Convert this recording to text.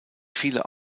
viele